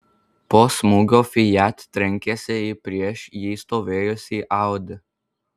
po smūgio fiat trenkėsi į prieš jį stovėjusį audi